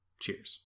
Cheers